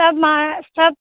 सब मे सब